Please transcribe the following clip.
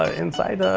ah inside,